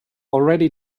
already